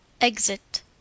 Exit